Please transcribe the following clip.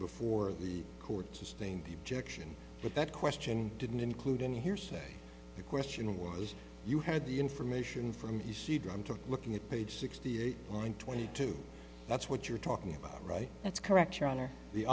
before the court sustain the objection but that question didn't include an hearsay the question was you had the information from the c drom to looking at page sixty eight line twenty two that's what you're talking about right that's correct your honor the